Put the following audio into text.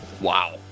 Wow